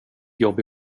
jobb